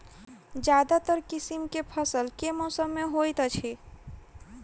ज्यादातर किसिम केँ फसल केँ मौसम मे होइत अछि?